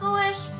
wish